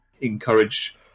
encourage